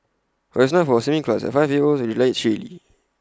but IT was not for A swimming class the five year old revealed shyly